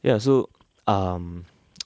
ya so um